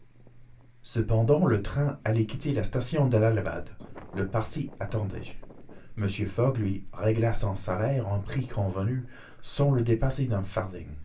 cependant le train allait quitter la station d'allahabad le parsi attendait mr fogg lui régla son salaire au prix convenu sans le dépasser